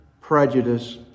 prejudice